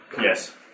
Yes